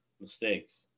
mistakes